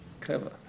clever